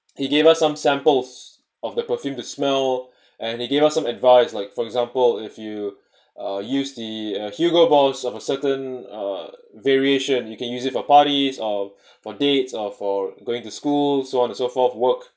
he gave us some samples of the perfume to smell and he gave us some advise like for example if you uh use the Hugo Boss of a certain uh variation you can use it for parties or for dates or for going to school so on and so forth work